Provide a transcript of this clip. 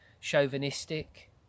chauvinistic